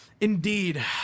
Indeed